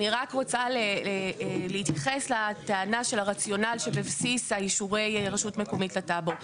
אני רק רוצה להתייחס לטענה של הרציונל שבבסיס אישורי רשות מקוימת לטאבו.